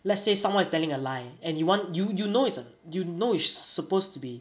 let's say someone is telling a lie and you want you you know is a you know is supposed to be